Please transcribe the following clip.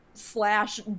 Slash